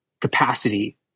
capacity